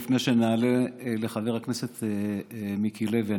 לפני שנענה לחבר הכנסת מיקי לוי,